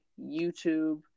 YouTube